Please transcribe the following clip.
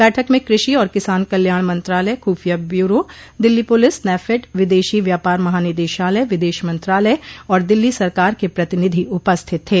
बैठक में कृषि और किसान कल्याण मंत्रालय खुफिया ब्यूरो दिल्ली पुलिस नैफेड विदेशी व्यापार महानिदेशालय विदेश मंत्रालय और दिल्ली सरकार के प्रतिनिधि उपस्थित थे